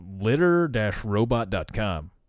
litter-robot.com